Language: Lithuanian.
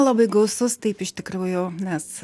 labai gausus taip iš tikrųjų nes